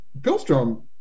Pilstrom –